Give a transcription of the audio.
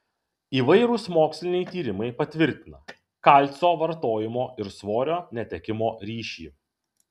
įvairūs moksliniai tyrimai patvirtina kalcio vartojimo ir svorio netekimo ryšį